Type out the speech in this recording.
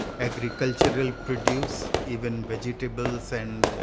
agricultural produce, even vegetables and,